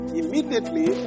immediately